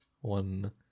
one